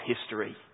history